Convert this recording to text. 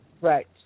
Right